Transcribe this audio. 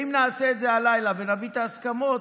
אם נעשה את זה הלילה ונביא את ההסכמות,